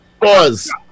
Pause